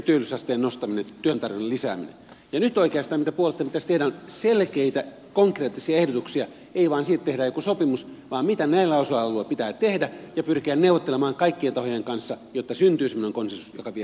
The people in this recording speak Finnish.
ja nyt oikeastaan se mitä puolueitten pitäisi tehdä on selkeitä konkreettisia ehdotuksia ei vain se että tehdään jokin sopimus vaan se mitä näillä osa alueilla pitää tehdä ja pyrkiä neuvottelemaan kaikkien tahojen kanssa jotta syntyy semmoinen konsensus joka vie suomea eteenpäin